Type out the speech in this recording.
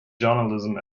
journalism